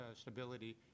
stability